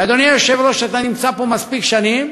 ואדוני היושב-ראש, אתה נמצא פה מספיק שנים,